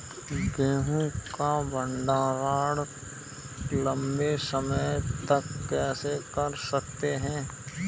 गेहूँ का भण्डारण लंबे समय तक कैसे कर सकते हैं?